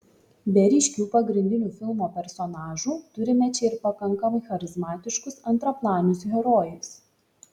be ryškių pagrindinių filmo personažų turime čia ir pakankamai charizmatiškus antraplanius herojus